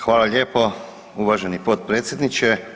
Hvala lijepo uvaženi potpredsjedniče.